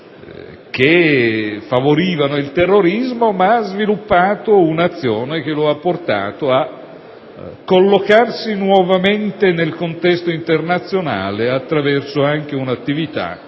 che favorivano il terrorismo, ha sviluppato un'azione che lo ha portato a collocarsi nuovamente nel contesto internazionale anche attraverso un'attività